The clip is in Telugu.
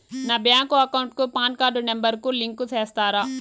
నా బ్యాంకు అకౌంట్ కు పాన్ కార్డు నెంబర్ ను లింకు సేస్తారా?